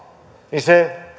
niin se